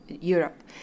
Europe